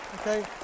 okay